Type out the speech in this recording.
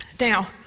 Now